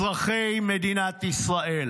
אזרחי מדינת ישראל,